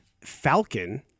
Falcon